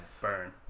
Burn